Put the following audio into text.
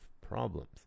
problems